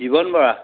জীৱন বৰা